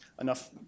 enough